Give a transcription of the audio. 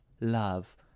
love